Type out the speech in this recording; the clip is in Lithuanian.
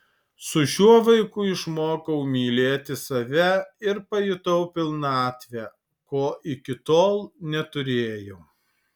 su šiuo vaiku išmokau mylėti save ir pajutau pilnatvę ko iki tol neturėjau